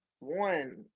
one